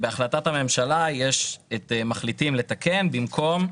בהחלטת הממשלה יש את "מחליטים לתקן" במקום,